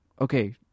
Okay